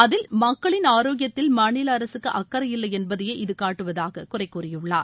அதில் மக்களின் ஆரோக்கியத்தில் மாநிலஅரகக்கு அக்கறையில்லை என்பதையே இது காட்டுவதாக குறைகூறியுள்ளார்